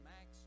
Max